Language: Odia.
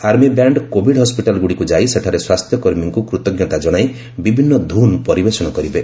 ଆର୍ମି ବ୍ୟାଶ୍ଡ କୋଭିଡ୍ ହସ୍କିଟାଲ୍ଗୁଡ଼ିକୁ ଯାଇ ସେଠାରେ ସ୍ୱାସ୍ଥ୍ୟ କର୍ମୀଙ୍କୁ କୃତଜ୍ଞତା ଜଣାଇ ବିଭିନ୍ନ ଧୁନ୍ ପରିବେଷଣ କରିବେ